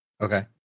Okay